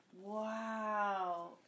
Wow